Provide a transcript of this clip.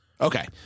Okay